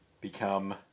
become